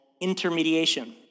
intermediation